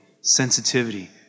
sensitivity